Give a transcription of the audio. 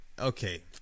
Okay